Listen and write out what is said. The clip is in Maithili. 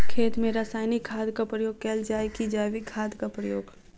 खेत मे रासायनिक खादक प्रयोग कैल जाय की जैविक खादक प्रयोग?